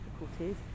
difficulties